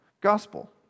gospel